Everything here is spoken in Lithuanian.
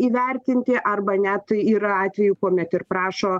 įvertinti arba net yra atvejų kuomet ir prašo